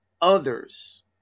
others